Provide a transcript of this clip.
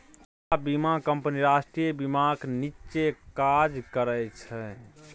सबटा बीमा कंपनी राष्ट्रीय बीमाक नीच्चेँ काज करय छै